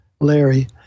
Larry